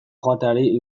joateari